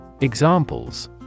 Examples